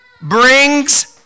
brings